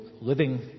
living